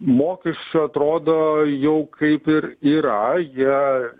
mokesčių atrodo jau kaip ir yra jie